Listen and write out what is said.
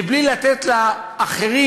בלי לתת לאחרים,